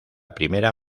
primera